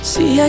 See